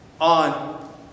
on